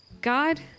God